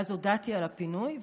ואז הודעתי על הפינוי,